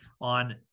on